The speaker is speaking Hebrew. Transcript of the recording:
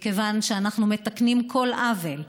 מכיוון שאנחנו מתקנים כל עוול,